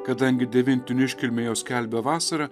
kadangi devintinių iškilmė jau skelbia vasarą